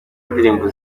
ndirimbo